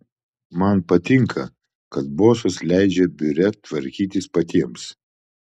man patinka kad bosas leidžia biure tvarkytis patiems